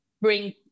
bring